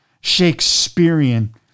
Shakespearean